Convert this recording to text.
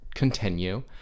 Continue